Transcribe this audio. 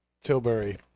Tilbury